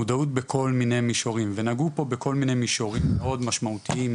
מודעות בכל מיני מישורים ונגעו פה בכל מיני מישורים מאוד משמעותיים,